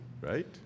right